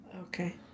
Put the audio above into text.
Okay